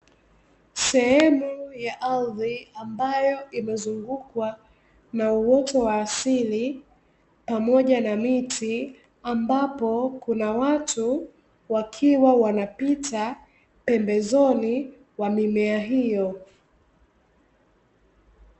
Sehemu ya ardhi ambayo, imezungukwa na uoto wa asili pamoja na miti, ambapo kuna watu, wakiwa wanapita pembezoni wa mimea hiyo.